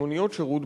מוניות שירות,